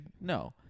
No